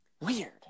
Weird